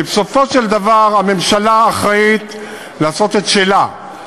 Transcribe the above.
כי בסופו של דבר הממשלה אחראית לעשות את שלה,